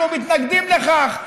אנחנו מתנגדים לכך.